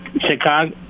Chicago